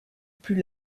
plus